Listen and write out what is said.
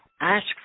Ask